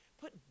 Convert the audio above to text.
put